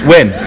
Win